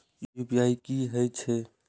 UPI की हेछे?